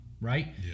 right